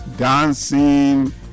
dancing